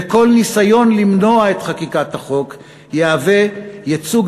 וכל ניסיון למנוע את חקיקת החוק יהווה ייצוג